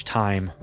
time